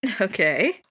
Okay